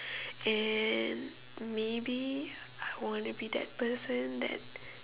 and maybe I want to be that person that